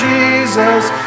Jesus